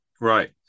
Right